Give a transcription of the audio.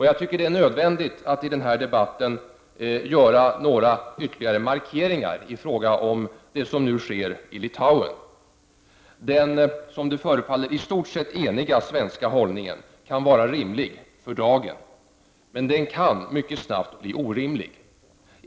Jag tycker att det är nödvändigt att i den här debatten göra några ytterligare markeringar i fråga om det som nu sker i Litauen. Den, som det förefaller, i stort sett eniga svenska hållningen kan vara rimlig för dagen, men den kan mycket snabbt bli orimlig.